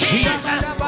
Jesus